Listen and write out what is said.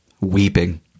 weeping